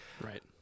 Right